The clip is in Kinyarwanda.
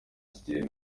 kigeli